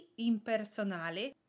impersonale